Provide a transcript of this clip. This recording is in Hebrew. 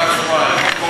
הוא רק שבועיים,